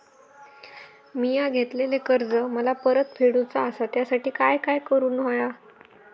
मिया घेतलेले कर्ज मला परत फेडूचा असा त्यासाठी काय काय करून होया?